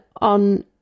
on